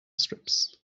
strips